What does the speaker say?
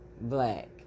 Black